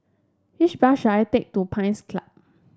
which bus should I take to Pines Club